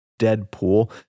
Deadpool